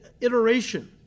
iteration